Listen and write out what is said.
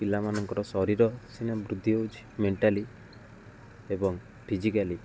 ପିଲାମାନଙ୍କର ଶରୀର ସିନା ବୃଦ୍ଧି ହଉଛି ମେଣ୍ଟାଲି ଏବଂ ଫିଜିକାଲି